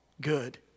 good